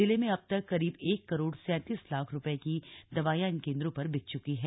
जिले में अब तक करीब एक करोड़ सैंतीस लाख रुपए की दवाइयां इन केन्द्रों पर बिक चुकी है